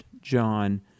John